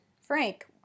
Frank